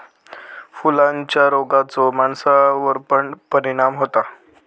फुलांच्या रोगाचो माणसावर पण परिणाम होता